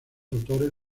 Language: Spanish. autores